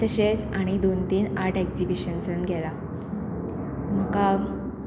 तशेंच आणी दोन तीन आर्ट एग्जिबिशन्सान गेलां म्हाका